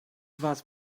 was